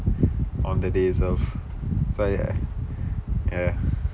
on the days of so I ya